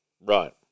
right